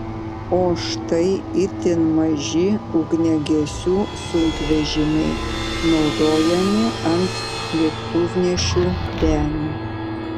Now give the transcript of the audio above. o štai itin maži ugniagesių sunkvežimiai naudojami ant lėktuvnešių denių